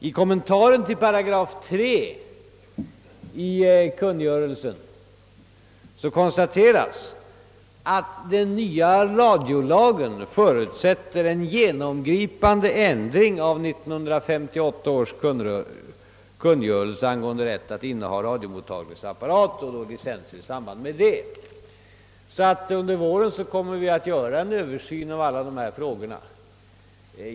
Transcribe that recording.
I kommentaren till 3 § i kungörelsen konstateras att den nya radiolagen förutsätter en genomgripande ändring av 1958 års kungörelse angående rätt att inneha radiomottagningsapparater och licensavgifter i samband härmed. Under våren kommer vi följaktligen att göra en översyn av alla dessa frågor.